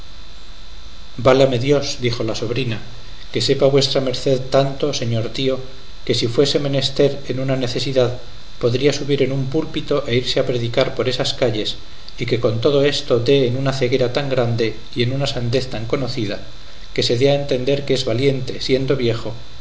válame dios dijo la sobrina que sepa vuestra merced tanto señor tío que si fuese menester en una necesidad podría subir en un púlpito e irse a predicar por esas calles y que con todo esto dé en una ceguera tan grande y en una sandez tan conocida que se dé a entender que es valiente siendo viejo